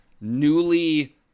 newly